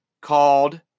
called